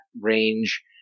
range